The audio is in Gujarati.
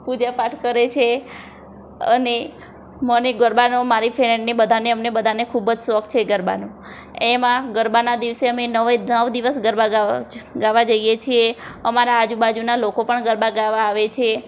પૂજા પાઠ કરે છે અને મને ગરબાનો મારી ફ્રેન્ડને બધાંને અમને બધાંને ખૂબ જ શોખ છે ગરબાનો એમાં ગરબાના દિવસે અમે નવે નવ દિવસ ગરબા ગાવા જઈએ છીએ અમારા આજુબાજુના લોકો પણ ગરબા ગાવા આવે છે